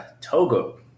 Togo